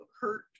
hurt